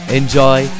enjoy